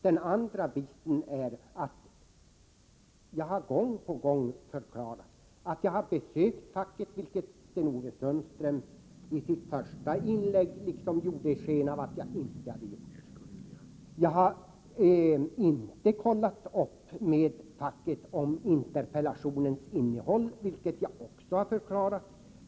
Den andra biten är att jag gång på gång har förklarat att jag har besökt facket, vilket Sten-Ove Sundström i sitt första inlägg ville ge sken av att jag inte hade gjort. Jag har inte kollat upp interpellationens innehåll med facket, vilket jag också har förklarat.